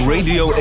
Radio